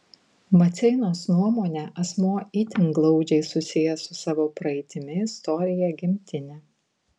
maceinos nuomone asmuo itin glaudžiai susijęs su savo praeitimi istorija gimtine